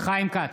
חיים כץ,